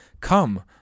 come